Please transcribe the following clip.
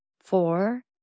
four